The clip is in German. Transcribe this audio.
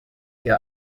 ihr